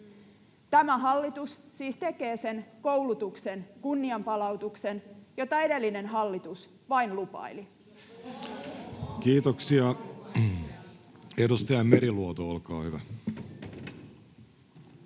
Tämä hallitus siis tekee sen koulutuksen kunnianpalautuksen, jota edellinen hallitus vain lupaili. [Vasemmalta: No ohhoh!]